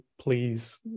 please